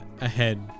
ahead